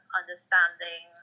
understanding